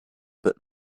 but